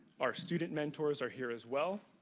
are student mentors are here as well.